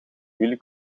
jullie